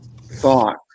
thought